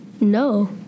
No